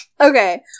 Okay